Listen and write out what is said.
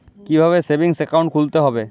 কীভাবে savings account খুলতে হবে?